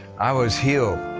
i was healed.